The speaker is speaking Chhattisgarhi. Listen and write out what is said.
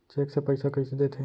चेक से पइसा कइसे देथे?